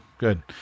Good